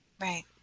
Right